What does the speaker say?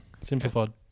Simplified